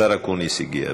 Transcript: השר אקוניס הגיע.